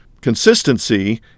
consistency